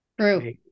True